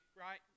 right